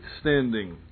standing